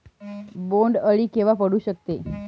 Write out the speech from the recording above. बोंड अळी केव्हा पडू शकते?